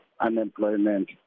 unemployment